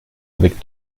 avec